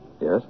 Yes